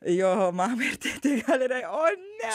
jo mamai ar tėtei gali rei o ne